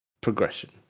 progression